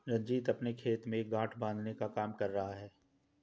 रंजीत अपने खेत में गांठ बांधने का काम कर रहा है